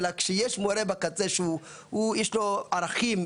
אלא כשיש מורה בקצה שיש לו ערכים,